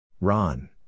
Ron